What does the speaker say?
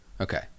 Okay